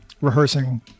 rehearsing